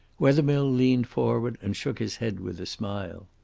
wethermill leaned forward and shook his head with a smile.